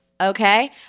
Okay